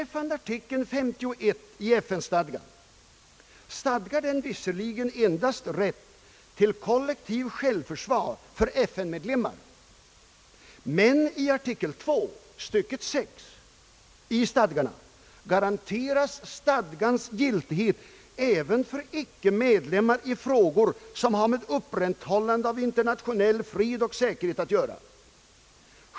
Artikel 51 i FN-stadgan innefattar visserligen endast rätt för FN-medlemmar till kollektivt självförsvar, men i stadgans artikel 2, sjätte stycket, garanteras stadgans giltighet även för icke medlemmar i frågor som har med upprätthållandet av internationell fred och säkerhet att göra.